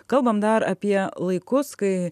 kalbam dar apie laikus kai